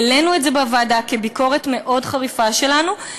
העלינו את זה בוועדה כביקורת מאוד חריפה שלנו.